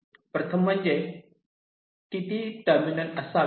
प्रथम म्हणजे किती टर्मिनल असावेत